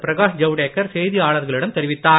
பிரகாஷ் ஜவ்டேக்கர் செய்தியாளர்களிடம் தெரிவித்தார்